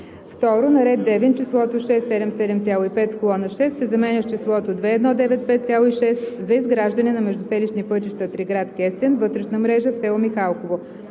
2. на ред Девин числото „677,5“ в колона 6 се заменя с числото „2 195,6“ – за изграждане на междуселищни пътища Триград –Кестен, вътрешна мрежа в село Михалково;